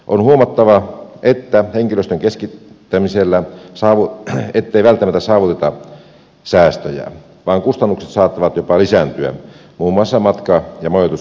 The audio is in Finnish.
on huomattava ettei henkilöstön keskittämisellä välttämättä saavuteta säästöjä vaan kustannukset saattavat jopa lisääntyä muun muassa matka ja majoituskustannusten kautta